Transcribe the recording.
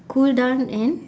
cool down and